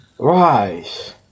Rise